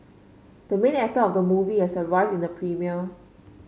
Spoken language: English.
the main actor of the movie has arrived in the premiere